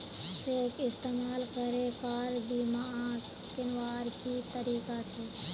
Cheque इस्तेमाल करे car बीमा कीन्वार की तरीका छे?